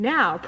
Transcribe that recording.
Now